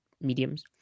mediums